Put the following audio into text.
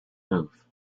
move